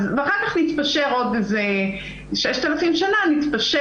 ואחר כך נתפשר עוד בעוד 6,000 שנה נתפשר